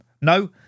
No